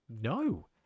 no